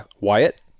Wyatt